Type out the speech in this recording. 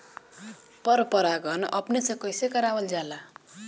पर परागण अपने से कइसे करावल जाला?